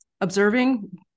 observing